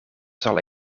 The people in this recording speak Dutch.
zal